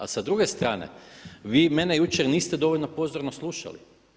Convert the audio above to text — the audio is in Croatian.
A sa druge strane vi mene jučer niste dovoljno pozorno slušali.